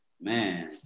man